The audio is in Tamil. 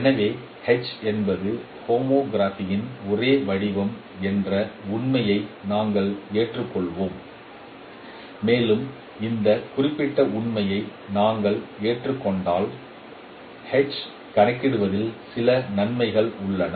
எனவே H என்பது ஹோமோகிராஃபியின் ஒரே வடிவம் என்ற உண்மையை நாங்கள் ஏற்றுக்கொள்வோம் மேலும் இந்த குறிப்பிட்ட உண்மையை நாங்கள் ஏற்றுக்கொண்டால் H கணக்கிடுவதில் சில நன்மைகள் உள்ளன